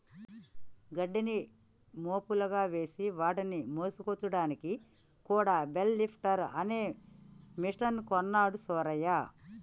గడ్డిని మోపులుగా చేసి వాటిని మోసుకొచ్చాడానికి కూడా బెల్ లిఫ్టర్ అనే మెషిన్ కొన్నాడు సూరయ్య